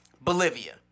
Bolivia